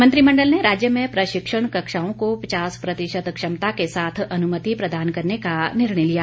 मंत्रिमंडल ने राज्य में प्रशिक्षण कक्षााओं को पचास प्रतिशत क्षमता के साथ अनुमति प्रदान करने का निर्णय लिया